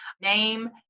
Name